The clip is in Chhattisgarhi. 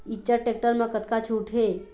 इच्चर टेक्टर म कतका छूट हे?